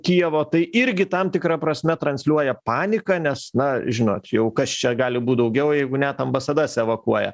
kijevo tai irgi tam tikra prasme transliuoja paniką nes na žinot jau kas čia gali būt daugiau jeigu net ambasadas evakuoja